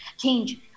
change